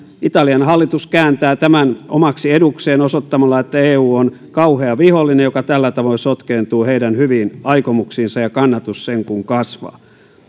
kääntää tämän omaksi edukseen osoittamalla että eu on kauhea vihollinen joka tällä tavoin sotkeentuu heidän hyviin aikomuksiinsa ja kannatus sen kuin kasvaa